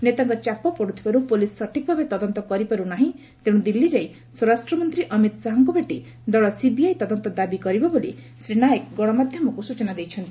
ନତାଙ୍କ ଚାପ ପଡୁଥିବାରୁ ପୋଲିସ ସଠିକ୍ଭାବେ ତଦନ୍ତ କରିପାରୁନାହି ତେଣୁ ଦିଲ୍ଲୀ ଯାଇ ସ୍ୱରାଷ୍ଟ୍ରମନ୍ତୀ ଅମିତ ଶାହାଙ୍କୁ ଭେଟି ଦଳ ସିବିଆଇ ତଦନ୍ତ ଦାବି କରିବେ ବୋଲି ଶ୍ରୀ ନାୟକ ଗଣମାଧ୍ଧମକୁ ସୂଚନା ଦେଇଛନ୍ତି